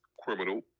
criminal